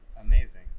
Amazing